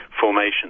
formation